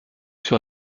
sur